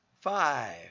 five